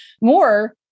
more